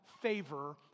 favor